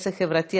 עסק חברתי),